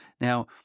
Now